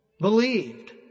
believed